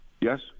Yes